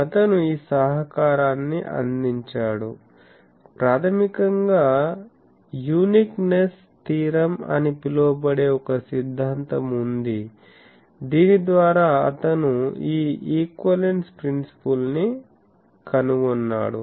అతను ఈ సహకారాన్ని అందించాడు ప్రాథమికంగా యూనిక్నెస్ థీరం అని పిలువబడే ఒక సిద్ధాంతం ఉంది దీని ద్వారా అతను ఈ ఈక్వివలెన్స్ ప్రిన్సిపుల్న్ని కనుగొన్నాడు